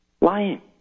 lying